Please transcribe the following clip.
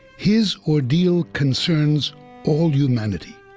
his ordeal concerns all humanity.